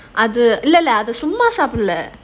அது இல்லல அது சும்மா சாப்பிடல:adhu illala adhu summa saapidala